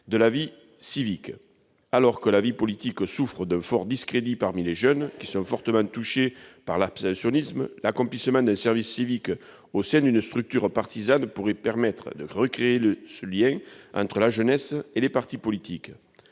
de la vie civique. Alors que la vie politique souffre d'un fort discrédit parmi les jeunes, qui sont fortement touchés par l'abstentionnisme, l'accomplissement d'un service civique au sein d'une structure partisane pourrait permettre de recréer du lien entre la jeunesse et les partis politiques.